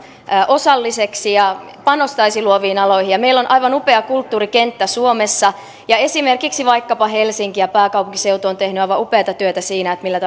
osalliseksi ja panostaisi luoviin aloihin meillä on aivan upea kulttuurikenttä suomessa ja esimerkiksi vaikkapa helsinki ja pääkaupunkiseutu ovat tehneet aivan upeata työtä siinä millä